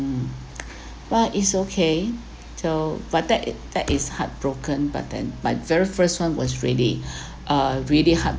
but is okay so but that that is heartbroken but then my very first one was really uh really heart